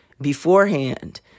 beforehand